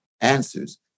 answers